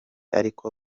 ariko